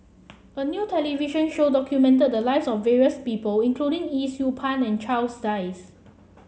a new television show documented the lives of various people including Yee Siew Pun and Charles Dyce